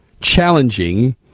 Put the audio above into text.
challenging